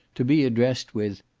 to be addressed with,